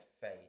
faith